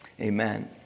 amen